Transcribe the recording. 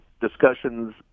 discussions